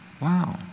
Wow